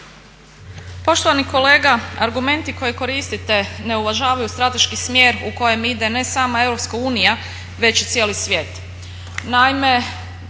Poštovani kolega argumenti koje koristite ne uvažavaju strateški smjer u kojem ide ne sama Europska unija već i cijeli svijet.